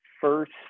first